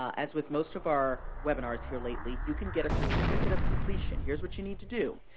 as with most of our webinars here lately, you can get a certificate of completion. here's what you need to do.